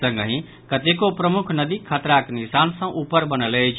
संगहि कतेको प्रमुख नदी खतराक निशान सँ ऊपर बनल अछि